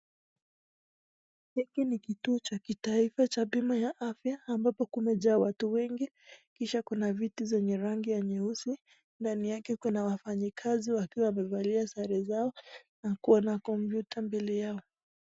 Hiki ni kituo cha kitaifa cha Bima ya afya ambapo kumejaa watu wengi, Kisha Kuna Viti zenye rangi nyeusi, ndani yake Kuna wafanyikazi wakiwa wamevalia sare zao na kuna computa mbele yao.